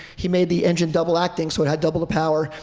he made the engine double-acting, so it had double the power.